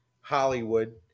Hollywood